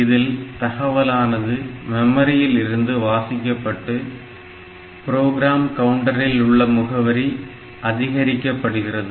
இதில் தகவலானது மெமரியில் இருந்து வாசிக்கப்பட்டு ப்ரோக்ராம் கவுண்டரில் உள்ள முகவரி அதிகரிக்கப்படுகிறது